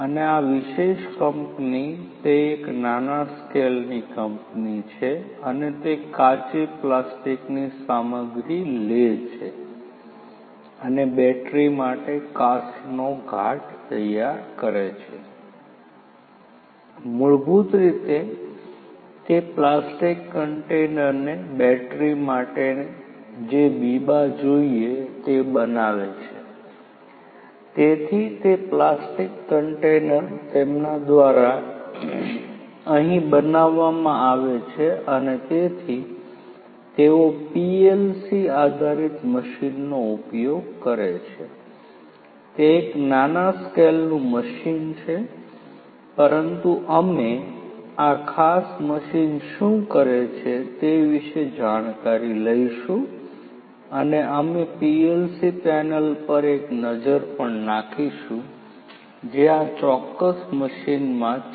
અને આ વિશેષ કંપની તે એક નાના સ્કેલની કંપની છે અને તે કાચી પ્લાસ્ટિકની સામગ્રી લે છે અને બેટરી માટે કાસ્ટનો ઘાટ તૈયાર કરે છે મૂળભૂત રીતે તે પ્લાસ્ટિક કન્ટેનરને બેટરી માંટે જે બીબા જોઈએ તે બનાવે છે તેથી તે પ્લાસ્ટિક કન્ટેનર તેમના દ્વારા અહીં બનાવવામાં આવે છે અને તેથી તેઓ પીએલસી આધારિત મશીનનો ઉપયોગ કરે છે તે એક નાના સ્કેલનું મશીન છે પરંતુ અમે આ ખાસ મશીન શું કરે છે તે વિશે જાણકારી લઈશું અને અમે પીએલસી પેનલ પર એક નજર પણ નાંખીશું જે આ ચોક્કસ મશીનમાં છે